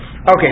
Okay